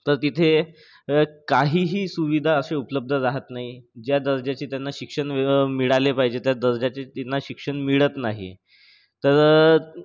तर तिथे काहीही सुविधा असे उपलब्ध राहत नाही ज्या दर्जाचे त्यांना शिक्षण मिळाले पाहिजे त्या दर्जाचे त्यांना शिक्षण मिळत नाही तर